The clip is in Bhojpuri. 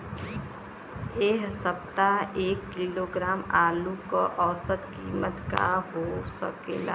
एह सप्ताह एक किलोग्राम आलू क औसत कीमत का हो सकेला?